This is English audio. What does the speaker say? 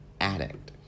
addict